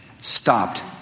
stopped